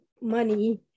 money